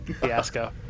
fiasco